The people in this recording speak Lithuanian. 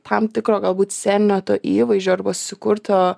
tam tikro galbūt sceninio to įvaizdžio arba susikurto